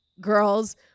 girls